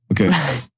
Okay